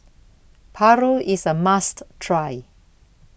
Paru IS A must Try